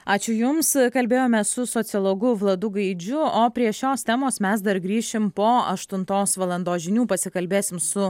ačiū jums kalbėjome su sociologu vladu gaidžiu o prie šios temos mes dar grįšim po aštuntos valandos žinių pasikalbėsim su